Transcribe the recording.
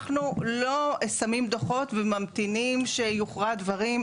אנחנו לא שמים דוחות וממתינים שיוכרע דברים,